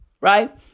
Right